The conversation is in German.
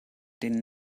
den